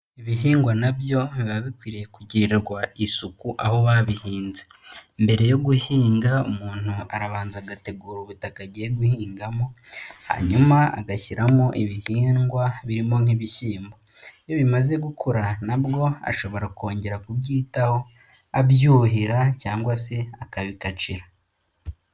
Ibihingwa na byo biba bikwiriye kugirirwa isuku aho babihinze. Mbere yo guhinga umuntu arabanza agategura ubutaka agiye guhingamo, hanyuma agashyiramo ibihingwa birimo nk'ibishyimbo. Iyo bimaze gukura nabwo ashobora kongera kubyitaho abyuhira cyangwa se akabikacira.